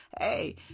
hey